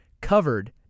covered